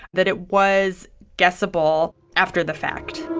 that it was guessable after the fact